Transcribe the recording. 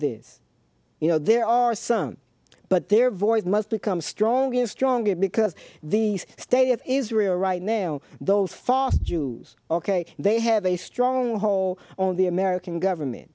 these you know there are some but their voice must become stronger and stronger because the state of israel right now those false jews ok they have a strong hole on the american government